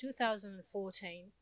2014